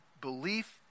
belief